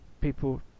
people